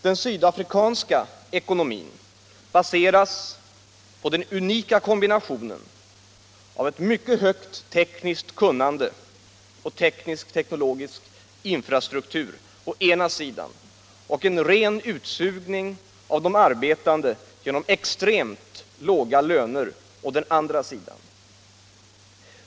Den sydafrikanska ekonomin baseras på den unika kombinationen av ett mycket högt tekniskt kunnande och av teknisk infrastruktur å ena sidan och av en ren utsugning av de arbetande genom extremt låga löner å andra sidan.